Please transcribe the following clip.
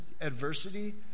adversity